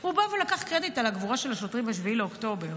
הוא בא ולקח קרדיט על הגבורה של השוטרים ב-7 באוקטובר.